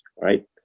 right